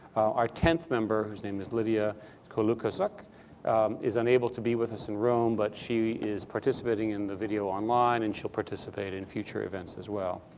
our tenth member, whose name is lidia kolucka-zuk is unable to be with us in rome, but she is participating in the video online, and she'll participate in future events, as well.